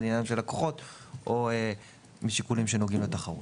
עניינם של הלקוחות או משיקולים הנוגעים לתחרות.